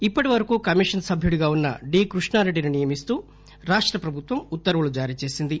ఇప్పటివరకు కమిషన్ సభ్యుడిగా ఉన్న డీ కృష్ణారెడ్డిని నియమిస్తూ ప్రభుత్వం ఉత్తర్వులు జారీ చేసింది